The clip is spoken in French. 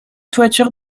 toiture